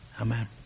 Amen